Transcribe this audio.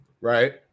Right